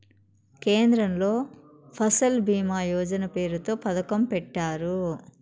కేంద్రంలో ఫసల్ భీమా యోజన పేరుతో పథకం పెట్టారు